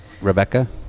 Rebecca